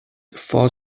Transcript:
for